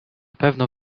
pewno